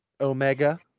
Omega